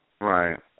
Right